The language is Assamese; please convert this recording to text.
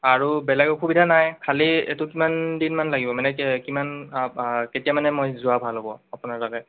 আৰু বেলেগ অসুবিধা নাই খালী এইটোত কিমান দিনমান লাগিব মানে কিমান কেতিয়া মানে মই যোৱা ভাল হ'ব আপোনাৰ তালৈ